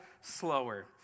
slower